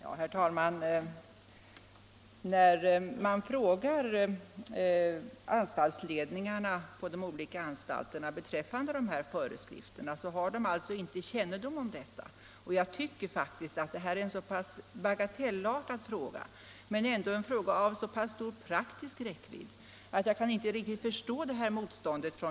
Sveriges diplomatiska erkännande av Tyska demokratiska republiken skedde den 21 december 1972, men ännu har icke avtalsreglerade konsulära förbindelser kommit till stånd mellan Sverige och DDR. Sådana förbindelser är som bekant upprättade mellan Sverige och övriga länder, varför behovet av att ha denna fråga avtalsenligt reglerad även mellan Sverige och Tyska demokratiska republiken synes vara självklart.